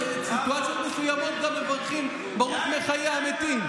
בסיטואציות מסוימות גם מברכים ברוך מחיה המתים.